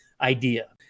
idea